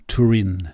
Turin